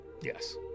Yes